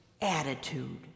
attitude